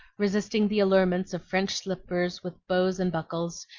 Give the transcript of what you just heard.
resisting the allurements of french slippers with bows and buckles,